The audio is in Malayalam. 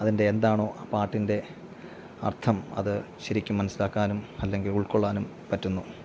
അതിൻ്റെ എന്താണോ ആ പാട്ടിൻ്റെ അർത്ഥം അത് ശരിക്കും മനസ്സിലാക്കാനും അല്ലെങ്കിൽ ഉൾക്കൊള്ളാനും പറ്റുന്നു